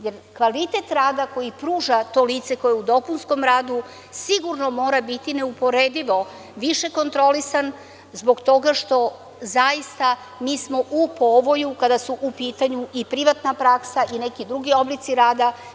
Jer, kvalitet rada koji pruža to lice koje je u dopunskom radu sigurno mora biti neuporedivo više kontrolisano zbog toga što smo mi zaista u povoju kada su u pitanju i privatna praksa i neki drugi oblici rada.